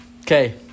okay